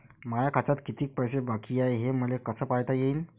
माया खात्यात कितीक पैसे बाकी हाय हे मले कस पायता येईन?